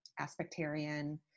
aspectarian